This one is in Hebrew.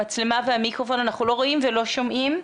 לא רואים ולא שומעים.